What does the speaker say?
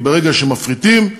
ברגע שמפריטים,